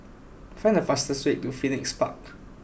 find the fastest way to Phoenix Park